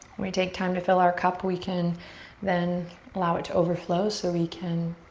we take time to fill our cup we can then allow it to overflow so we can